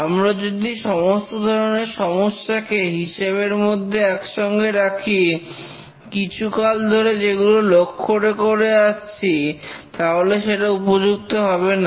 আমরা যদি সমস্ত ধরনের সমস্যাকে হিসেবের মধ্যে একসঙ্গে রাখি কিছুকাল ধরে যেগুলো লক্ষ্য করে আসছি তাহলে সেটা উপযুক্ত হবে না